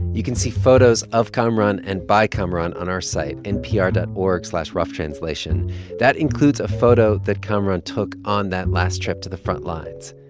you can see photos of kamaran and by kamaran on our site, npr dot org slash roughtranslation that includes a photo that kamaran took on that last trip to the frontlines.